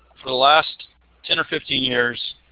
for the last ten or fifteen years,